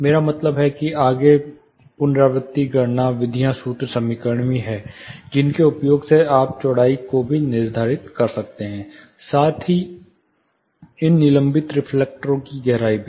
मेरा मतलब है कि आगे पुनरावृत्ति गणना विधियां सूत्र समीकरण भी हैं जिनके उपयोग से आप चौड़ाई को भी निर्धारित कर सकते हैं साथ ही इन निलंबित रिफ्लेक्टरों की गहराई भी